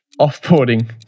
Offboarding